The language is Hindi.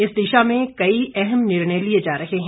इस दिशा में कई अहम निर्णय लिए जा रहे हैं